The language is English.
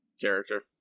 character